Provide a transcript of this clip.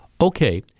Okay